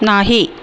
नाही